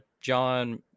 john